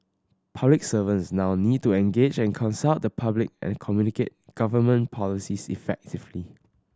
public servants now need to engage and consult the public and communicate government policies effectively